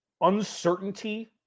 uncertainty